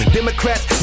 Democrats